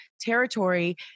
territory